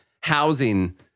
housing